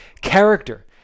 character